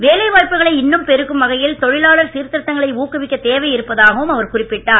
வேலைவாய்ப்புகளை இன்னும் பெருக்கும் வகையில் தொழிலாளர் சீர்திருத்தங்களை ஊக்குவிக்கத் தேவை இருப்பதாகவும் அவர் குறிப்பிட்டார்